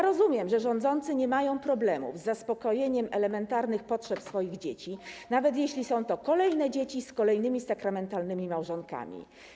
Rozumiem, że rządzący nie mają problemów z zaspokojeniem elementarnych potrzeb swoich dzieci, nawet jeśli są to kolejne dzieci z kolejnymi sakramentalnymi małżonkami.